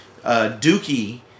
Dookie